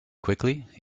quickly